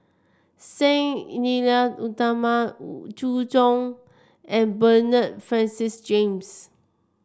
Sang Nila Utama Wu Zhu Hong and Bernard Francis James